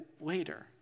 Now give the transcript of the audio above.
later